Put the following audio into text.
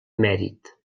mèrit